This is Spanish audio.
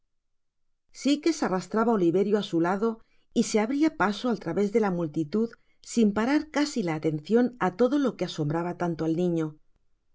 sikes arrastraba oliverio á su lado y se abria paso al través de la multitud sin parar casi la alencion á todo lo que asombraba tanto al niño